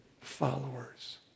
followers